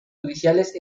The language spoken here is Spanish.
judiciales